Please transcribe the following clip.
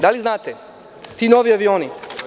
Da li znate, ti novi avioni?